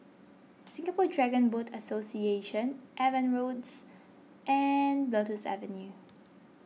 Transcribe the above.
Singapore Dragon Boat Association Evans Roads and Lotus Avenue